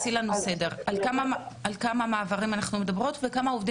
על כמה מעברים אנחנו מדברות וכמה עובדים